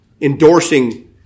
endorsing